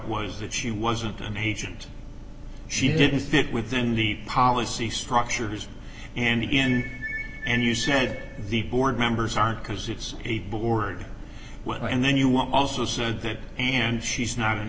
was that she wasn't an agent she didn't fit with then leave policy structures and in and you said the board members aren't because it's a board well and then you also said that and she's not an